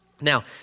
Now